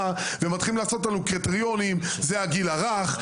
ומתחילים לעשות לנו קריטריונים: זה הגיל הרך,